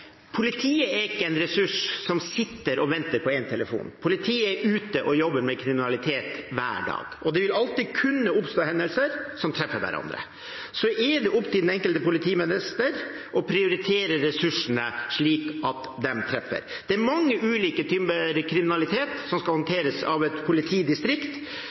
er at politiet ikke er en ressurs som sitter og venter på én telefon. Politiet er ute og jobber med kriminalitet hver dag, og det vil alltid kunne oppstå hendelser som treffer hverandre. Så er det opp til den enkelte politimester å prioritere ressursene slik at de treffer. Det er mange ulike typer kriminalitet som skal håndteres av et politidistrikt.